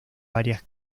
varias